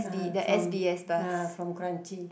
ah from ah from Kranji